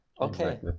okay